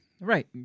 Right